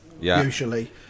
usually